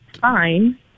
fine